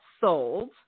sold